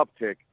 uptick